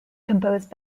composed